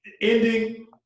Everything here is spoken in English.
ending